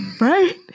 Right